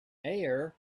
air